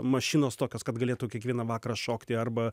mašinos tokios kad galėtų kiekvieną vakarą šokti arba